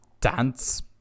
Dance